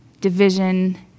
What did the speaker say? division